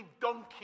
donkey